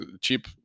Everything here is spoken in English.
cheap